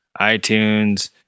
iTunes